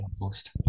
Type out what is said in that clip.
post